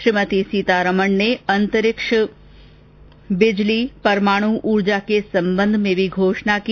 श्रीमती सीतारमण ने अंतरिक्ष बिजली परमाणु ऊर्जा के संबंध में भी घोषणा की